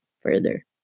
further